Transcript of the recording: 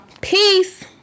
peace